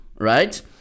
right